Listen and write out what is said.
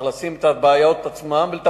צריך לטפל בבעיות עצמן.